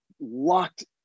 locked